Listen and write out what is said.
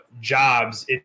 jobs